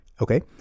okay